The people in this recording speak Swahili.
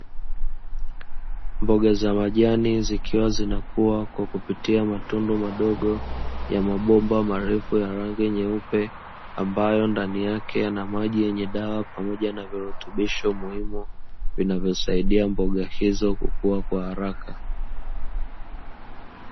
Mboga za majani zikiwa zinakua kwa kupitia matundu madogo ya mabomba marefu ya rangi nyeupe, ambayo ndani yake yana maji yenye dawa pamoja na virutubisho muhimu, vinavyosaidia mboga hizo kukua kwa haraka.